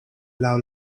laŭ